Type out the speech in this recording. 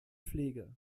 pflege